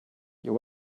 your